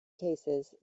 cases